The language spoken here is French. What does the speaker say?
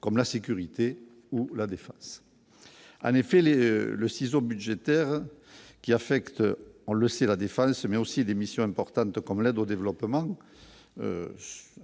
comme la sécurité ou la défense à effet les le ciseau budgétaires qui affectent, on le sait, la défense mais aussi des missions importantes comme l'aide au développement, budget